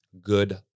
good